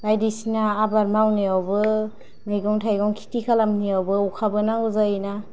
बायदिसिना आबाद मावनायावबो मैगं थाइगं खेथि खालामनायावबो अखाबो नांगौ जायोना